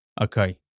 okay